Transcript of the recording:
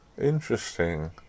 Interesting